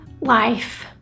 life